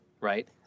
right